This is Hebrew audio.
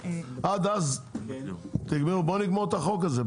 עד אז בואו נגמור את החוק הזה.